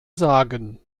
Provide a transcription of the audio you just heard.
sagen